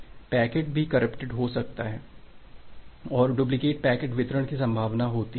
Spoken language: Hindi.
पैकेट भी करप्टेड हो सकता है और डुप्लीकेट पैकेट वितरण की संभावना होती है